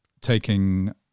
taking